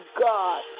God